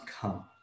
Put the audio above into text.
come